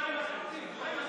להביע אי-אמון